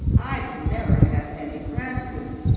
i'd never had any practice.